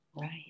Right